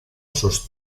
sus